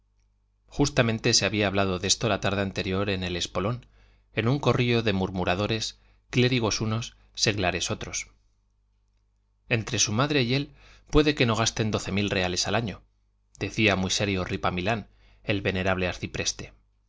justamente se había hablado de esto la tarde anterior en el espolón en un corrillo de murmuradores clérigos unos seglares otros entre su madre y él puede que no gasten doce mil reales al año decía muy serio ripamilán el venerable arcipreste él viste